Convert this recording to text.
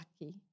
lucky